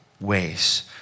ways